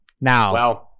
Now